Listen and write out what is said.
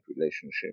relationship